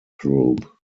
group